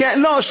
לא,